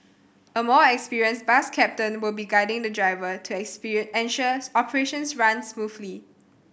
a more experienced bus captain would be guiding the driver to ensure operations run smoothly